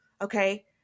Okay